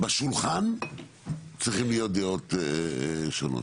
בשולחן צריכות להיות דעות שונות,